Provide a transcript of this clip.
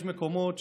יש מקומות,